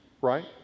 right